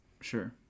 Sure